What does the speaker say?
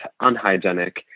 unhygienic